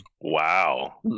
Wow